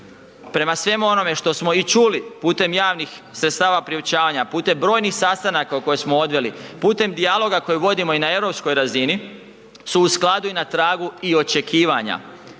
prema svemu onome što smo i čuli putem javnih sredstava priopćavanja, putem brojnih sastanaka koje smo odveli, putem dijaloga koje vodimo i na europskoj razini su u skladu i na tragu i očekivanja.